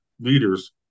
leaders